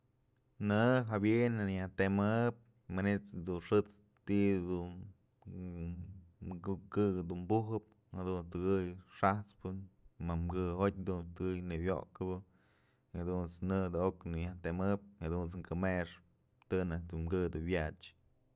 Në jawi'in nënyëtëmëp manyt's dun xët's ti'i dun ko kë'ë dun bujëp jadunt's tëkënyëp xajt'spë mamkëjtyë dun tëkëy nawyokëbë y jadunt's në jada'ok nëyajtëmëp jadunt's këmëxëp të najk dun kë dun wyach.